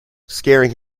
scaring